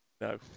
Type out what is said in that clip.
no